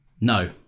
No